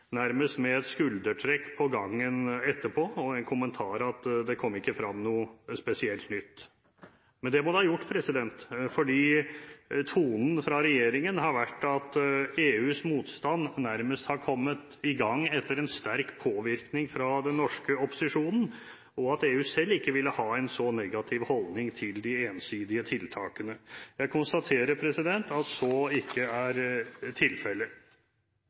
nærmest med et skuldertrekk på gangen etterpå og med en kommentar om at det kom ikke frem noe spesielt nytt. Men det må det ha gjort, fordi tonen fra regjeringen har vært at EUs motstand nærmest har kommet i gang etter en sterk påvirkning fra den norske opposisjonen, og at EU selv ikke ville ha en så negativ holdning til de ensidige tiltakene. Jeg konstaterer at så ikke er tilfelle.